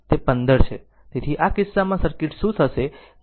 તે 15 છે તેથી આ કિસ્સામાં સર્કિટ શું થશે તે આના જેવું થશે